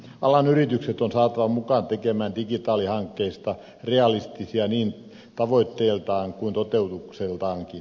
alan yritykset on saatava mukaan tekemään digitaalihankkeista realistisia niin tavoitteiltaan kuin toteutukseltaankin